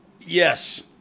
Yes